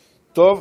טוב.